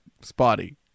spotty